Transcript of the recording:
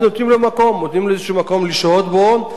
אז נותנים לו מקום, נותנים לו איזה מקום לשהות בו.